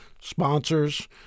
sponsors